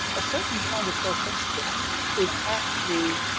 a certain kind of self-censorship is actually